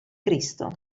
cristo